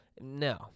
No